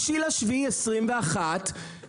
6 ביולי 2021,